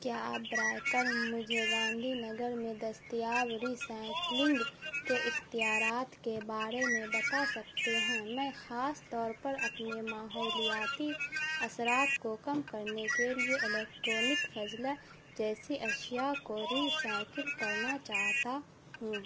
کیا آپ برائے کرم مجھے گاندھی نگر میں دستیاب ریسائیکلنگ کے اختیارات کے بارے میں بتا سکتے ہیں میں خاص طور پر اپنے ماحولیاتی اثرات کو کم کرنے کے لیے الیکٹرانک فضلہ جیسی اشیاء کو ریسائیکل کرنا چاہتا ہوں